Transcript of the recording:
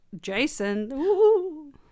Jason